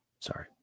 Sorry